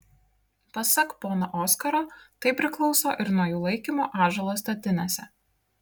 pasak pono oskaro tai priklauso ir nuo jų laikymo ąžuolo statinėse